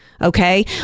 Okay